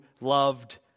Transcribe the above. loved